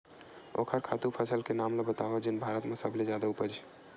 ओखर खातु फसल के नाम ला बतावव जेन भारत मा सबले जादा उपज?